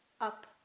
up